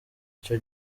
icyo